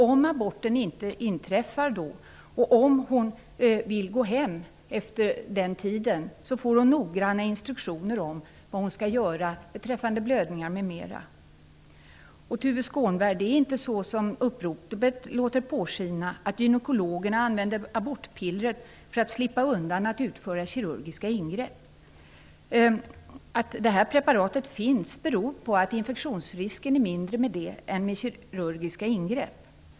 Om aborten inte inträffar då och om kvinnan vill gå hem efter den tiden får hon noggranna instruktioner om vad hon skall göra beträffande blödningar m.m. Och, Tuve Skånberg, det är inte så som upproret låter påskina, att gynekologerna använder abortpillret för att slippa undan att utföra kirurgiska ingrepp. Att detta preparat finns beror på att infektionsrisken är mindre än vid kirurgiska ingrepp.